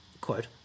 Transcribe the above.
quote